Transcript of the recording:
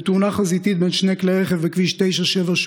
בתאונה חזיתית בין שני כלי רכב בכביש 978,